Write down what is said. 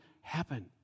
happen